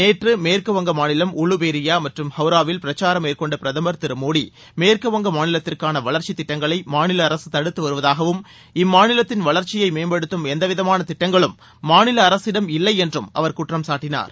நேற்று மேற்கு வங்க மாநிலம் உளுபேரியா மற்றும் ஹவுராவில் பிரச்சாரம் மேற்கொண்ட பிரதமர் திரு மோடி மேற்கு வங்க மாநிலத்திற்கான வளர்ச்சி திட்டங்களை மாநில அரசு தடுத்து வருவதாகவும் இம்மாநிலத்தின் வளர்ச்சியை மேம்படுத்தும் எந்த விதமான திட்டங்களும் மாநில அரசிடம் இல்லை என்றும் அவர் குற்றம் சாட்டினார்